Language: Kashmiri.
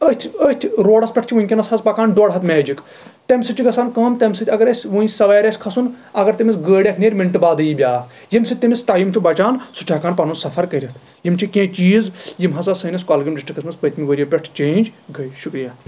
أتھۍ أتھۍ روڈس پٮ۪ٹھ چھُ وُنٛکیٚنس حظ پَکان دوڈ ہَتھ میجِک تَمہِ سۭتۍ چھِ گژھان کٲم تمہِ سۭتۍ اَگر أسۍ وُنۍ سوارِ آسہِ کھسُن اَگر تمِس گٲڈ اکھ نیرِ مِنٹہٕ بادٕے ییہِ بیاکھ ییٚمہِ سۭتۍ تٔمِس ٹایم چھُ بَچان سُہ چھُ ہٮ۪کان پنُن سَفر کرِتھ یِم چھِ کیٚنٛہہ چیٖز یِم ہسا سٲنِس کۄلگٲمۍ ڈسٹرکس منٛز پٔتمہِ ؤرۍ یہِ پٮ۪ٹھ جینٛج گٔیے شُکرِیا